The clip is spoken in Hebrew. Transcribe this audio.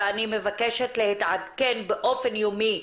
אני מבקשת להתעדכן באופן יומי,